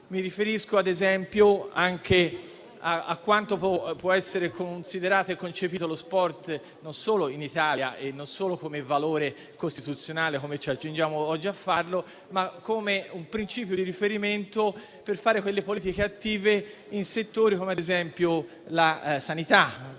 Mi riferisco a quanto può essere considerato e concepito lo sport - non solo in Italia e non solo come valore costituzionale, come ci accingiamo oggi a fare - come principio di riferimento per politiche attive in settori come la sanità